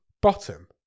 Bottom